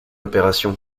opération